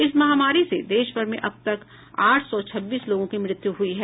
इस महामारी से देशभर में अब तक आठ सौ छब्बीस लोगों की मृत्यु हुई है